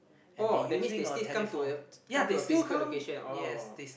oh that means they still come to a come to a physical location oh